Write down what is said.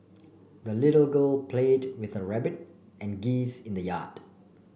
the little girl played with her rabbit and geese in the yard